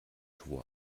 schwur